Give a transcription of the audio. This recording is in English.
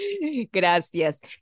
Gracias